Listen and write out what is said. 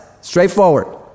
Straightforward